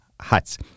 huts